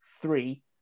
three